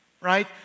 right